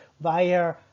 via